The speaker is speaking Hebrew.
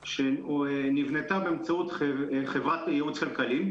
שנבנתה באמצעות חברת ייעוץ כלכלית.